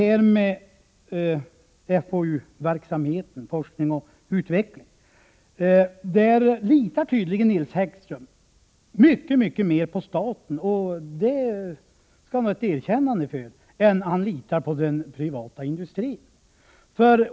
När det gäller forskningsoch utvecklingsverksamhet litar tydligen Nils Häggström mycket mer på staten — och det skall han ha ett erkännande för — än på den privata industrin.